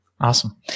Awesome